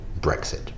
Brexit